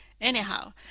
Anyhow